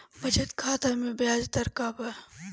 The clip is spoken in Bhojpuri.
बचत खाता मे ब्याज दर का बा?